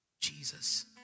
Jesus